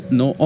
no